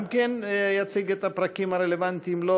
גם הוא יציג את הפרקים הרלוונטיים לו,